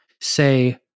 say